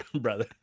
brother